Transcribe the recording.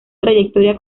trayectoria